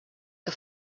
que